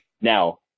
Now